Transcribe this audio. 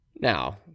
Now